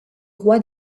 roi